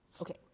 Okay